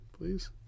please